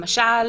למשל,